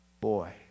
boy